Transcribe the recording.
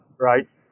right